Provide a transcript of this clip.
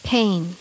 Pain